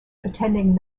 attending